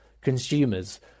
consumers